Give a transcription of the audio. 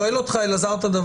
אלעזר שואל: